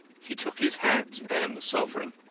he took his hat and the sovereign.